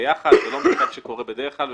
שזה לא משהו שקורה בדרך כלל,